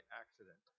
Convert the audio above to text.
accident